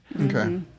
Okay